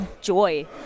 joy